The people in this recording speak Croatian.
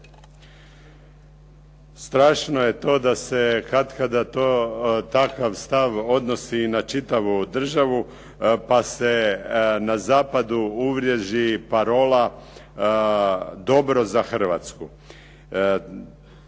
Strašno je to da se katkada takav stav odnosi i na čitavu državu pa se na zapadu uvriježi parola "dobro za Hrvatsku",